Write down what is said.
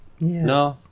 No